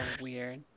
weird